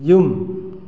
ꯌꯨꯝ